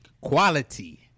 quality